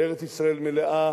וארץ-ישראל מלאה